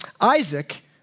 Isaac